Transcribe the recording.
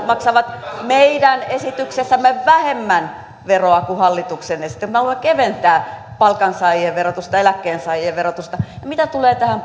maksavat meidän esityksessämme vähemmän veroa kuin hallituksen esityksessä haluamme keventää palkansaajien verotusta eläkkeensaajien verotusta mitä tulee tähän